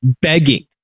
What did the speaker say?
begging